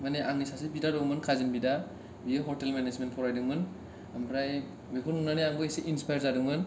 माने आंनि सासे बिदा दंमोन खाजिन बिदा बियो ह'टेल मेनेजमेन्ट फरायदोंमोन ओमफ्राय बेखौ नुनानै आंबो एसे इनस्फायार जादोंमोन